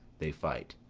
they fight.